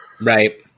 right